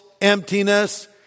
emptiness